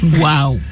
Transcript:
wow